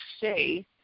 say